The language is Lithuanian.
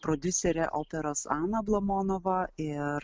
prodiuserė operos ana ablamonova ir